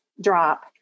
drop